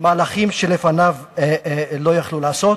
מהלכים שלפניו לא יכלו לעשות.